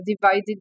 divided